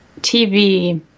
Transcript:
TV